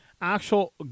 actual